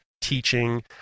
teaching